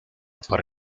para